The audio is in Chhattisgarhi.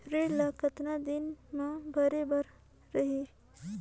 ऋण ला कतना दिन मा भरे बर रही?